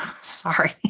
Sorry